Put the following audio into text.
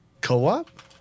co-op